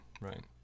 right